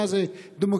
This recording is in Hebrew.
מה זה דמוקרטיה,